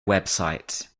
website